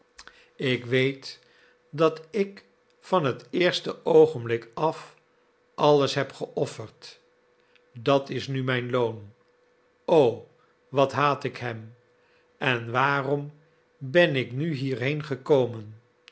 ik weet dat ik van het eerste oogenblik af alles heb geofferd dat is nu mijn loon o wat haat ik hem en waarom ben ik nu hierheen gekomen